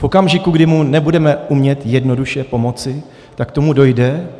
V okamžiku, kdy mu nebudeme umět jednoduše pomoci, tak k tomu dojde.